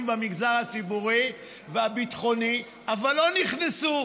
במגזר הציבורי והביטחוני אבל לא נכנסו.